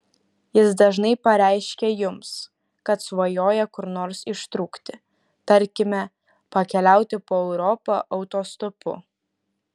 jis dažnai pareiškia jums kad svajoja kur nors ištrūkti tarkime pakeliauti po europą autostopu